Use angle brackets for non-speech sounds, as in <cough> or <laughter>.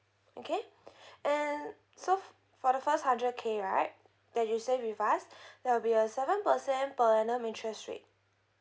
okay <breath> and so for the first hundred K right that you save with us <breath> there will be a seven percent per annum interest rate